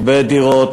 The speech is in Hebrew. בהרבה דירות,